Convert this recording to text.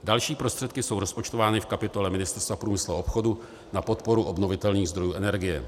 Další prostředky jsou rozpočtovány v kapitole Ministerstva průmyslu a obchodu na podporu obnovitelných zdrojů energie.